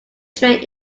train